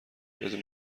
بدون